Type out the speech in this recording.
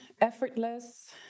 effortless